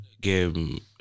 game